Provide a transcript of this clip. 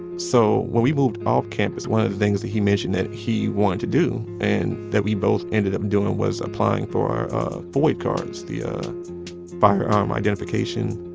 so when we moved off campus one of the things that he mentioned that he wanted to do and that we both ended up doing was applying for our foid cards, the firearm identification